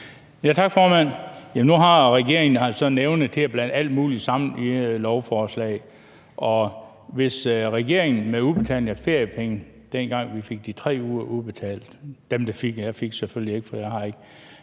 Nu har regeringen jo sådan en evne til at blande alt muligt sammen i ét lovforslag, og hvis regeringen med udbetalingen af feriepenge, dengang vi fik de 3 uger udbetalt – dem, der fik det; jeg fik selvfølgelig ikke, for jeg har det